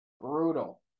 Brutal